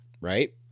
right